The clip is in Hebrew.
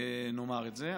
נאמר את זה.